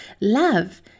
Love